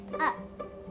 up